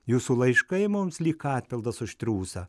jūsų laiškai mums lyg atpildas už triūsą